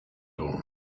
dawn